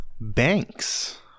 Banks